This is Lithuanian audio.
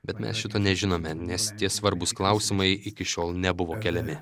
bet mes šito nežinome nes tie svarbūs klausimai iki šiol nebuvo keliami